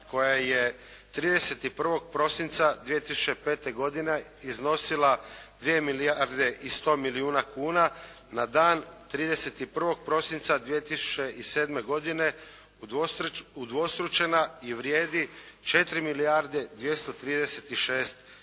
koja je 31. prosinca 2005. godine iznosila 2 milijarde i 100 milijuna kuna na dan 31. prosinca 2007. godine udvostručena i vrijedi 4 milijarde 236 milijuna